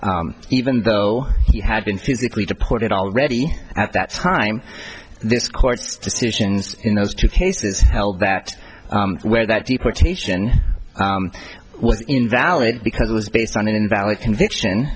for even though he had been physically deported already at that time this court's decisions in those two cases held that where that deportation was invalid because it was based on an invalid conviction